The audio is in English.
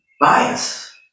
bias